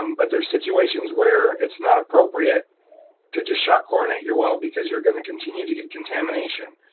um but there's situations where it's not appropriate to just shock chlorinate your well because you're gonna continue to get contamination.